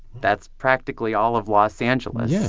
that's practically all of los angeles.